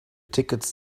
tickets